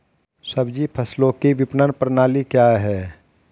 सब्जी फसलों की विपणन प्रणाली क्या है?